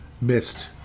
missed